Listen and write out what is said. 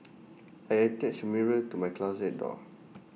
I attached A mirror to my closet door